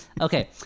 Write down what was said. Okay